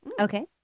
Okay